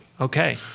Okay